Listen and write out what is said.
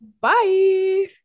bye